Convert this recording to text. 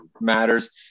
matters